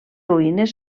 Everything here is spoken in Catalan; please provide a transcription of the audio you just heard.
ruïnes